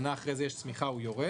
שנה אחרי זה יש צמיחה, הוא יורד.